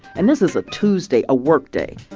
and this is a tuesday, a work day.